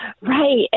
Right